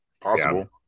Possible